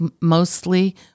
mostly